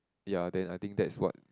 ya then I think that's what